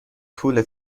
طول